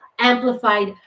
Amplified